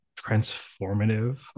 transformative